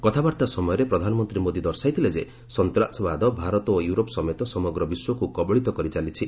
କଥାବାର୍ତ୍ତା ସମୟରେ ପ୍ରଧାନମନ୍ତ୍ରୀ ମୋଦି ଦର୍ଶାଇଥିଲେ ଯେ ସନ୍ତାସବାଦ ଭାରତ ଓ ୟୁରୋପ ସମେତ ସମଗ୍ର ବିଶ୍ୱକୁ କବଳିତ କରି ଚାଲିଛି